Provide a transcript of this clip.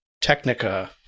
Technica